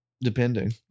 depending